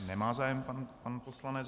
Nemá zájem pan poslanec.